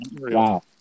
Wow